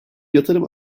yatırım